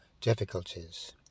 difficulties